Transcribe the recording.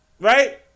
right